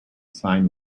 sign